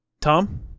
Tom